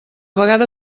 vegada